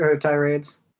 tirades